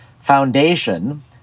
foundation